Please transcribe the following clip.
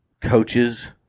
coaches